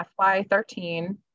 FY13